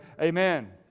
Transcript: Amen